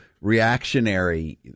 reactionary